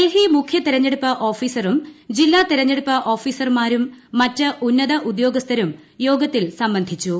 ഡൽഹി മുഖ്യ തെരഞ്ഞെടുപ്പ് ഓഫീസറും ജില്ലാ തെരഞ്ഞെടുപ്പ് ഓഫീസർമാരും മറ്റ് ഉന്നത ഉദ്യോഗസ്ഥരും യോഗത്തിൽ സംബന്ധിച്ചു